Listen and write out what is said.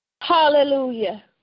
Hallelujah